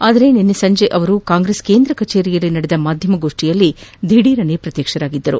ಆದರೆ ನಿನ್ನೆ ಸಂಜೆ ಅವರು ಕಾಂಗ್ರೆಸ್ ಕೇಂದ್ರ ಕಚೇರಿಯಲ್ಲಿ ನಡೆದ ಮಾಧ್ಯಮಗೋಷ್ಠಿಯಲ್ಲಿ ದಿಧೀರ್ ಪ್ರತ್ಯಕ್ಷರಾಗಿದ್ದರು